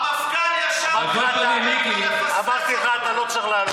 המפכ"ל ישב מולו, הוא לא היה יכול לפספס אותו.